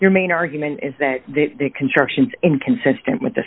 your main argument is that the construction inconsistent with the